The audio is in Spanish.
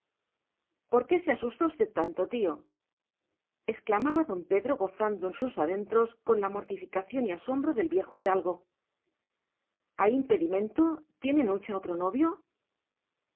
por qué se asusta usted tanto tío exclamaba don pedro gozando en sus adentros con la mortificación y asombro del viejo hidalgo hay impedimento tiene nucha otro novio